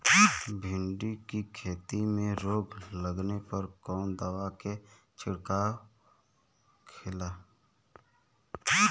भिंडी की खेती में रोग लगने पर कौन दवा के छिड़काव खेला?